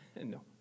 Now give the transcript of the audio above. No